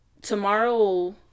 tomorrow